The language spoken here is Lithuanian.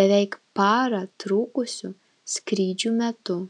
beveik parą trukusių skrydžių metu